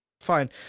fine